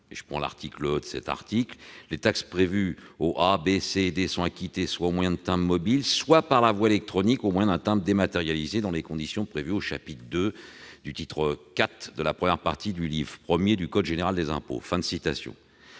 du droit d'asile, qui prévoit que « les taxes prévues aux A, B, C et D sont acquittées soit au moyen de timbres mobiles, soit par la voie électronique au moyen d'un timbre dématérialisé, dans les conditions prévues au chapitre II du titre IV de la première partie du livre I du code général des impôts ». Les dispositions